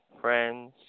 friends